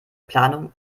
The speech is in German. planung